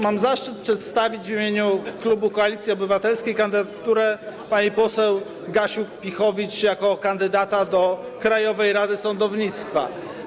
Mam zaszczyt przedstawić w imieniu klubu Koalicji Obywatelskiej kandydaturę pani poseł Gasiuk-Pihowicz do Krajowej Rady Sądownictwa.